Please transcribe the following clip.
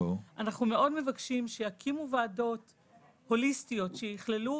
אנחנו מאוד מבקשים שיקימו ועדות הוליסטיות, שיכללו